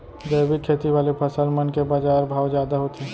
जैविक खेती वाले फसल मन के बाजार भाव जादा होथे